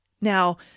Now